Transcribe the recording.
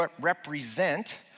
represent